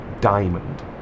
diamond